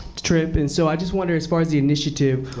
trip. and so i just wonder, as far as the initiative,